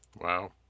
Wow